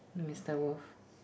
Mister Wolf